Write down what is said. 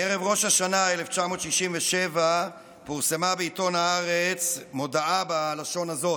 בערב ראש השנה 1967 פורסמה בעיתון הארץ מודעה בלשון הזו: